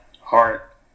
heart